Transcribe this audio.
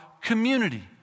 community